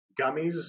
gummies